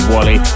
Wally